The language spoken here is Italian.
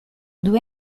due